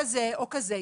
כזה או כזה,